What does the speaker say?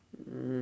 um